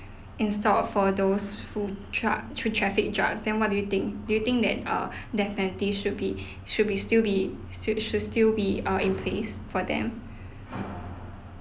instead of for those who drug traffic drugs then what do you think do you think that err death penalty should be should be still be should should still be err in place for them